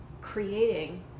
creating